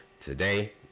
today